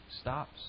stops